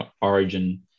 Origin